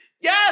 Yes